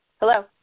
Hello